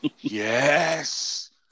Yes